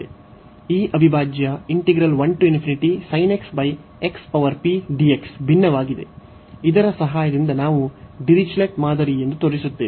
ಈ ಅವಿಭಾಜ್ಯ ಭಿನ್ನವಾಗಿದೆ ಇದರ ಸಹಾಯದಿಂದ ನಾವು ಡಿರಿಚ್ಲೆಟ್ ಮಾದರಿ ಎಂದು ತೋರಿಸುತ್ತೇವೆ